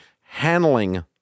handling